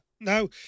Now